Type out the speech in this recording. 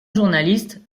journaliste